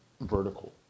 vertical